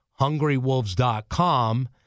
hungrywolves.com